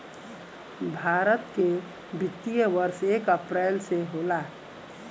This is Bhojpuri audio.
भारत के वित्तीय वर्ष एक अप्रैल से होला